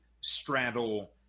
straddle